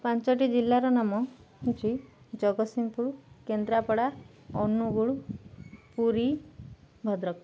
ପାଞ୍ଚଟି ଜିଲ୍ଲାର ନାମ ହେଉଛି ଜଗତସିଂହପୁର କେନ୍ଦ୍ରାପଡ଼ା ଅନୁଗୋଳୁ ପୁରୀ ଭଦ୍ରକ